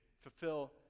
fulfill